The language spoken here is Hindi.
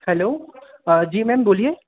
हैलो जी मैम बोलिए